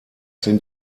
sind